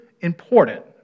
important